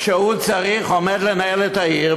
שהוא עומד לנהל את העיר,